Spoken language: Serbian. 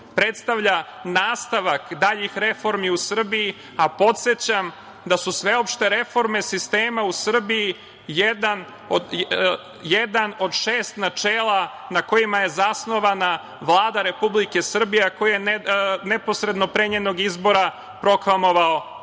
predstavlja nastavak daljih reformi u Srbiji, a podsećam da su sveopšte reforme sistema u Srbiji jedan od šest načela na kojima je zasnovana Vlada Republike Srbije, a koje je neposredno pre njenog izbora proklamovao predsednik